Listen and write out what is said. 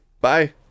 Bye